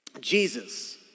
Jesus